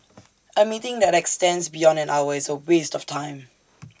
A meeting that extends beyond an hour is A waste of time